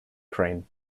crane